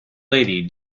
lady